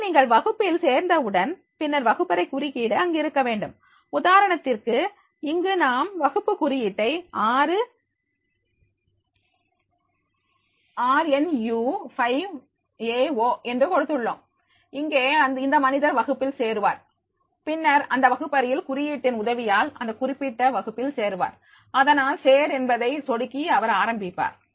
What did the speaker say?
எனவே நீங்கள் வகுப்பில் சேர்ந்த உடன் பின்னர் வகுப்பறை குறியீடு அங்கிருக்க வேண்டும் உதாரணத்திற்கு இங்கு நாம் வகுப்பு குறியீட்டை 6rnu5aO என்று கொடுத்துள்ளோம் இங்கே இந்த மனிதர் வகுப்பில் சேர்வார் பின்னர் அந்த வகுப்பறையில் குறியீட்டின் உதவியால் அந்த குறிப்பிட்ட வகுப்பில் சேருவார் அதனால் சேர் என்பதை சொடுக்கி அவர் ஆரம்பிப்பார்